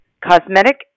Cosmetic